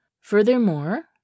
Furthermore